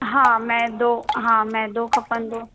हा मेदो हा मेदो खपंदो